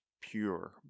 pure